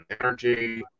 energy